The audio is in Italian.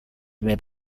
prime